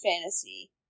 fantasy